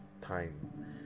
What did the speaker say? time